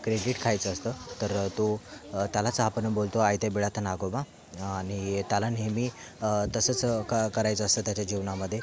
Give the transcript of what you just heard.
credit खायचं असतं तर तो त्यालाच आपण बोलतो आयत्या बिळात नागोबा आणि त्याला नेहमी तसंच क करायचं असतं त्याच्या जीवनामध्ये